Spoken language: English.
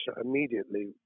immediately